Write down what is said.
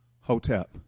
Hotep